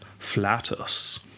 flatus